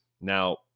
Now